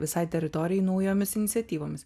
visai teritorijai naujomis iniciatyvomis